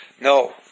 no